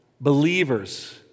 Believers